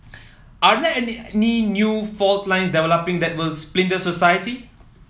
are there new fault lines developing that will splinter society